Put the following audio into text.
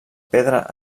pedra